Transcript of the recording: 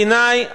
בעיני,